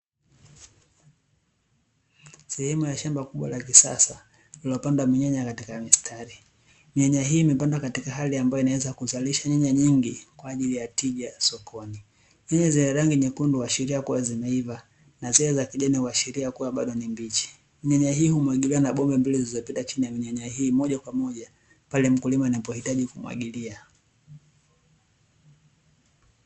Sehemu ya shamba kubwa la kisasa lililopandwa minyanya katika mistari, minyanya hio imepandwa katika hali ambayo inaweza kuzalisha nyanya nyingi kwa ajili ya tija sokoni nyanya zenye rangi nyekundu huashiria kuwa zimeiva na na zile za kijani huashiria kuwa bado ni mbichi, minyanya hii humwagiliwa na bomba mbili zilizopita chini ya minyanya hii, moja kwa moja pale mkulima anapohitaji kumwagilia.